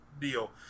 deal